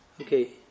Okay